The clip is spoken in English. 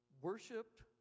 worshipped